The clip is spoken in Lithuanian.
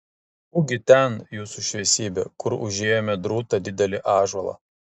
ugi ten jūsų šviesybe kur užėjome drūtą didelį ąžuolą